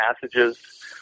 passages